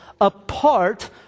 apart